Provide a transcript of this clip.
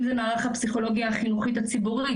אם זה מערך הפסיכולוגיה החינוכית הציבורי,